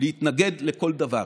להתנגד לכל דבר,